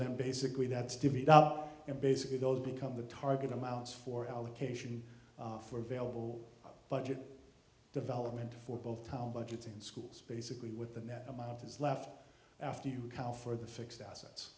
then basically that's divvied up and basically those become the target amounts for allocation for available budget development for both our budgets and schools basically with the net amount is left after you now for the fixed assets